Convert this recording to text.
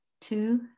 two